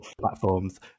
platforms